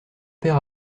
père